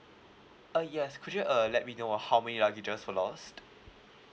uh yes could you uh let me know how many luggages were lost